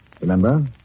Remember